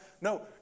No